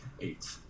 eight